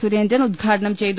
സുരേന്ദ്രൻ ഉദ്ഘാടനം ചെയ്തു